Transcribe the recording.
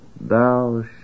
thou